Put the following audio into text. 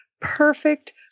perfect